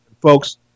Folks